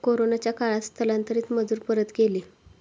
कोरोनाच्या काळात स्थलांतरित मजूर परत गेले